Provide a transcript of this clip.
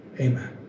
Amen